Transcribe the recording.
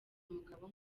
umugabo